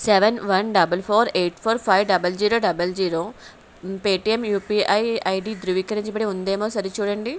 seven one double four eight four five double zero double zero Paytm UPI ID ధృవీకరించబడి ఉందేమో సరిచూడండి